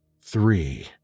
three